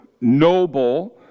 noble